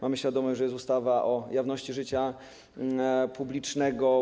Mamy świadomość, że jest ustawa o jawności życia publicznego.